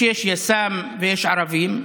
כשיש יס"מ ויש ערבים,